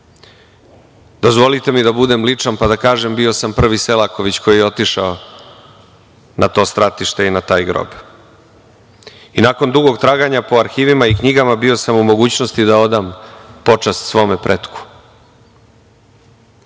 Dozvolite mi da budem ličan pa da kažem bio sam prvi Selaković koji je otišao na to stratište i na taj grob. Nakon dugog traganja po arhivima i knjigama bio sam u mogućnosti da odam počast svome pretku,